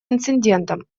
инцидентам